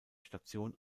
station